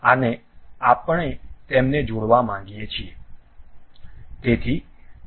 અને આપણે તેમને જોડવા માગીએ છીએ